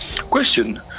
question